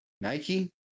Nike